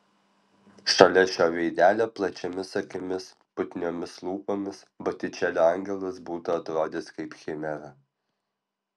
šalia šio veidelio plačiomis akimis putniomis lūpomis botičelio angelas būtų atrodęs kaip chimera